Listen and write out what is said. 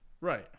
right